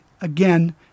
again